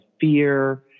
fear